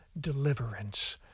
deliverance